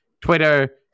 Twitter